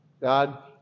God